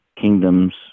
kingdoms